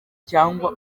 cyangwa